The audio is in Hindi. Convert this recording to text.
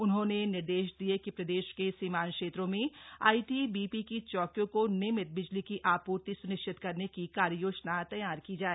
उन्होंने निर्देश दिए कि प्रदेश के सीमांत क्षेत्रों में आईटीबीपी की चौकियों को नियमित बिजली की आपूर्ति सुनिश्चित करने की कार्ययोजना तैयार की जाए